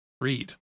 read